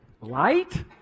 light